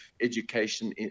education